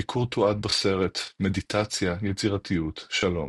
הביקור תועד בסרט "מדיטציה, יצירתיות, שלום".